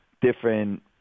different